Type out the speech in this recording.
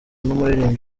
n’umuririmbyi